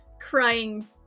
crying